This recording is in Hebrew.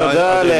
תודה.